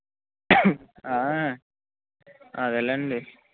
అదేలెండి